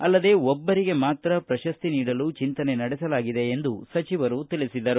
ಅಲ್ಲದೇ ಒಬ್ಬರಿಗೆ ಮಾತ್ರ ಪ್ರಶಸ್ತಿ ನೀಡಲು ಚಿಂತನೆ ನಡೆಸಲಾಗಿದೆ ಎಂದು ಸಚಿವರು ತಿಳಿಸಿದರು